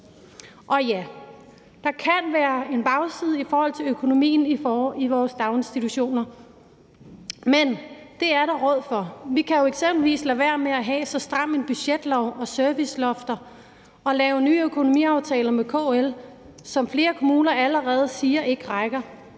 Ja, der kan være en bagside i forhold til økonomien i vores daginstitutioner, men det er der råd for. Vi kan jo eksempelvis lade være med at have så stram en budgetlov og servicelofter og lave nye økonomiaftaler med KL, som flere kommuner allerede siger ikke rækker.